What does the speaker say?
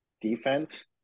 defense